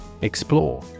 Explore